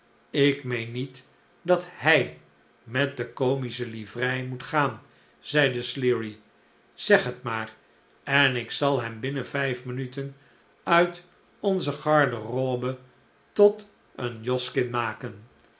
ik meen niet dat hij met de comische livrei moet gaan zeide sleary zeg het maar en ik zal hem binnen vijf minuten uit onze garderobe tot een joskin maken